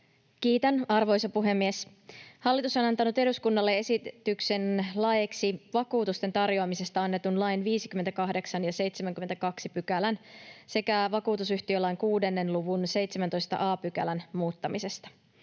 Kiitän, arvoisa puhemies! Hallitus on antanut eduskunnalle esityksen laeiksi vakuutusten tarjoamisesta annetun lain 58 ja 72 §:n sekä vakuutusyhtiölain 6 luvun 17 a §:n muuttamisesta.